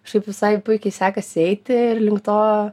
kažkaip visai puikiai sekasi eiti ir link to